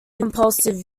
compulsive